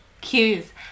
cues